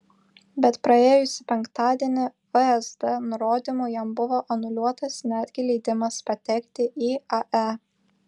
bet praėjusį penktadienį vsd nurodymu jam buvo anuliuotas netgi leidimas patekti į ae